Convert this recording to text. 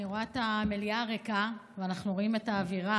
רואה את המליאה ריקה ואנחנו רואים את האווירה,